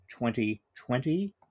2020